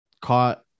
caught